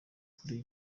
bakuriye